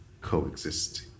coexist